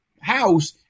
house